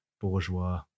bourgeois